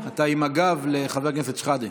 אתה עם הגב לחבר הכנסת שחאדה.